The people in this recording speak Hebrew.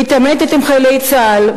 מתעמתת עם חיילי צה"ל,